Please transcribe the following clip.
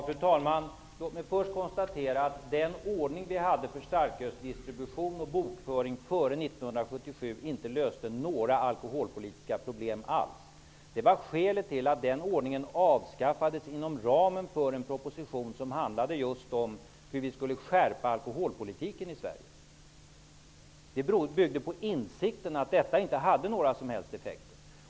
Fru talman! Låt mig först konstatera att den ordning vi hade för starkölsdistribution och - bokföring före 1977 inte löste några alkoholpolitiska problem alls. Det var skälet till att den ordningen avskaffades inom ramen för en proposition som handlade om just hur vi skulle skärpa alkoholpolitiken i Sverige. Det byggde på insikten att detta inte hade några som helst effekter.